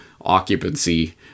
occupancy